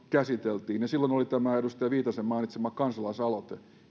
käsiteltiin ja oli tämä edustaja viitasen mainitsema kansalaisaloite